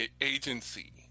agency